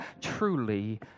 truly